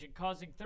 causing